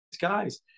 guys